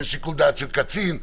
שיקול דעת של קצין,